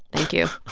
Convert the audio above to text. thank you.